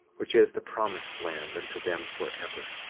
which is the promised land unto them forever,